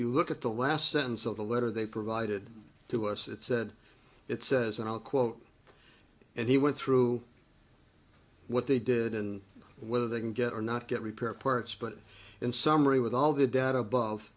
you look at the last sentence of the letter they provided to us it said it says and i'll quote and he went through what they did and whether they can get or not get repair parts but in summary with all the data above